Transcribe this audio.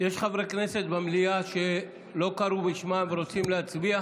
יש חברי כנסת במליאה שלא קראו בשמם ורוצים להצביע,